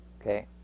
Okay